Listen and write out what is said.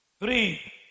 Three